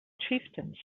chieftains